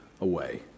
away